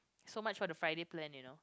so much for the Friday plan you know